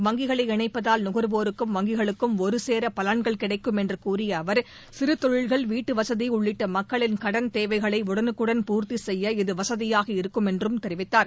வங்கிகளை இணைப்பதால் நுகர்வோருக்கும் வங்கிகளுக்கும் ஒருசேர பலன்கள் கிடைக்கும் என்று கூறிய அவர் சிறுதொழில்கள் வீட்டுவசதி உள்ளிட்ட மக்களின் கடன் தேவைகளை உடலுக்குடன் பூர்த்தி செய்ய இது வசதியாக இருக்கும் என்றும் தெரிவித்தார்